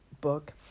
book